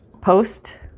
post